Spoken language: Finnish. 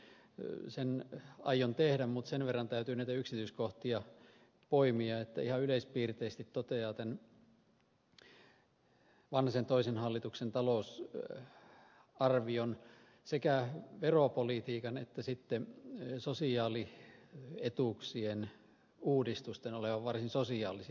sen aion tehdä mutta sen verran täytyy näitä yksityiskohtia poimia että ihan yleispiirteisesti totean tämän vanhasen toisen hallituksen talousarvion sekä veropolitiikan että sosiaalietuuksien uudistusten olevan varsin sosiaalisia